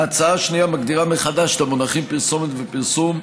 ההצעה השנייה מגדירה מחדש את המונחים "פרסומת" ו"פרסום",